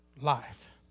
life